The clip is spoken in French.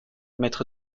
maître